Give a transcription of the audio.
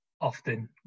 often